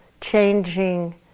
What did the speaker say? changing